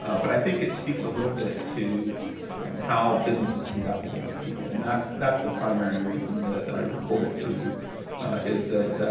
but i think it speaks a little bit to how business is conducted in topeka and that's that's the primary reason that i report it to you is that